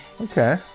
Okay